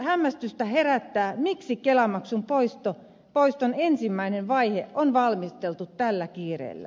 hämmästystä herättää miksi kela maksun poiston ensimmäinen vaihe on valmisteltu tällä kiireellä